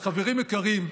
אז חברים יקרים,